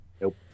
Nope